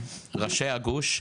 לראשי הגוש,